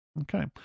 Okay